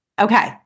Okay